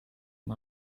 amb